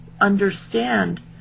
understand